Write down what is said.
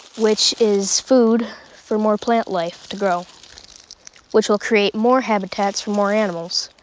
which is food for more plant life to grow which will create more habitats for more animals,